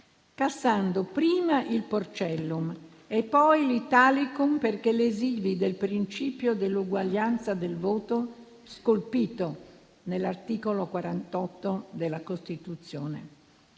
cassando prima il Porcellum e poi l'Italicum perché lesivi del principio dell'uguaglianza del voto scolpito nell'articolo 48 della Costituzione